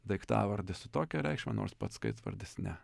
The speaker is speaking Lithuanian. daiktavardis su tokia reikšme nors pats skaitvardis ne